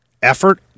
Effort